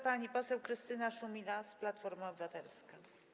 Pani poseł Krystyna Szumilas, Platforma Obywatelska.